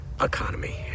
economy